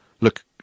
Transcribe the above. look